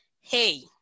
hey